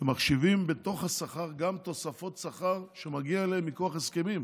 מחשיבים בתוך השכר גם תוספות שכר שמגיעות להם מכוח הסכמים.